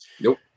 Nope